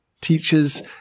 teachers